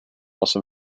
also